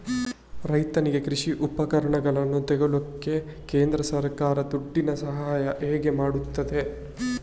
ರೈತನಿಗೆ ಕೃಷಿ ಉಪಕರಣಗಳನ್ನು ತೆಗೊಳ್ಳಿಕ್ಕೆ ಕೇಂದ್ರ ಸರ್ಕಾರ ದುಡ್ಡಿನ ಸಹಾಯ ಹೇಗೆ ಮಾಡ್ತದೆ?